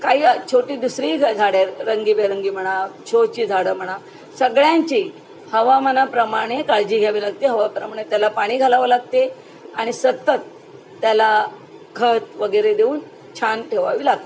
काही छोटी दुसरी झाडे रंगीबेरंगी म्हणा शोची झाडं म्हणा सगळ्यांची हवामानाप्रमाणे काळजी घ्यावी लागते हवाप्रमाणे त्याला पाणी घालावं लागते आणि सतत त्याला खत वगैरे देऊन छान ठेवावी लागते